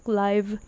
live